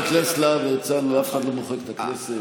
למה מוחקים את הכנסת,